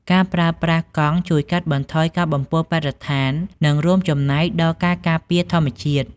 ការប្រើប្រាស់កង់ជួយកាត់បន្ថយការបំពុលបរិស្ថាននិងរួមចំណែកដល់ការការពារធម្មជាតិ។